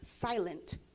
silent